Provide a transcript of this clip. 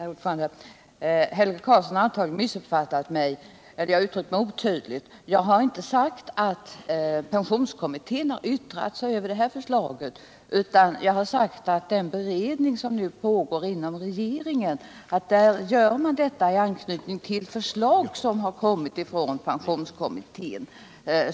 Herr talman! Helge Karlsson har antagligen missuppfattat mig — kanske har jag uttryckt mig otydligt. Jag har inte sagt att pensionskommittén har yttrat sig över förslaget i den här motionen, utan jag har sagt att den beredning som pågår inom regeringen sker med anknytning till förslag som har kommit från pensionskommittén.